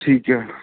ਠੀਕ ਹੈ